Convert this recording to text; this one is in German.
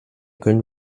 können